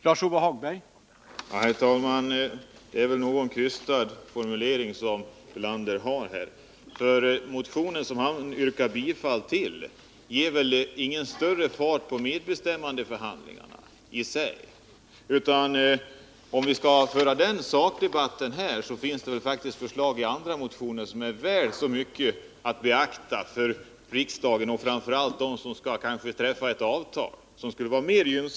Herr talman! Det var väl en något krystad motivering som Lars Ulander gav. Den motion han talar om sätter inte i sig fart på medbestämmandeförhandlingarna. Det finns i det avseendet förslag i andra motioner som är väl värda att beaktas av riksdagen och som de som står inför att träffa ett avtal har större intresse av.